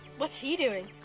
what's he doing?